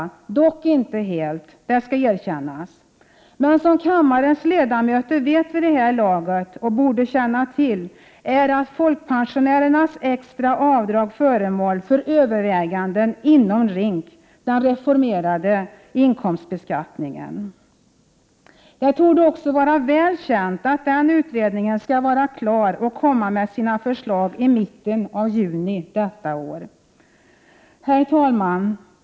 Vi har alltså inte helt lyckats dämpa dem — det skall erkännas. Men som kammarens ledamöter vid det här laget vet, eller borde känna till, är folkpensionärernas extra avdrag föremål för överväganden inom RINK — dvs. den kommitté som har att göra en översyn av den reformerade inkomstbeskattningen. Vidare torde det vara känt att denna utredning skall vara klar och komma med sina förslag i mitten av juni detta år. Herr talman!